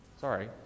Sorry